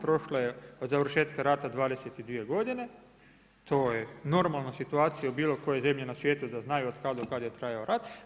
Prošlo je od završetka rata 22 godine, to je normalna situacija u bilo kojoj zemlji na svijetu da znaju od kada do kada je trajao rat.